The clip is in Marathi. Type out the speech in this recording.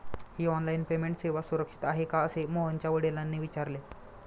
ही ऑनलाइन पेमेंट सेवा सुरक्षित आहे का असे मोहनच्या वडिलांनी विचारले